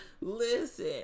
Listen